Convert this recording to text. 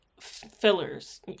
fillers